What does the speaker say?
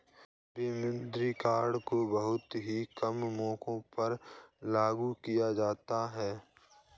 विमुद्रीकरण को बहुत ही कम मौकों पर लागू किया जाता है